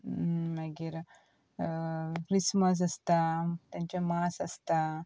मागीर क्रिसमस आसता तांचे मास आसता